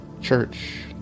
Church